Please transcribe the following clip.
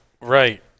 right